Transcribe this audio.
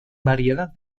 variedad